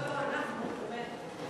לא, לא, אנחנו, באמת.